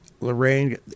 Lorraine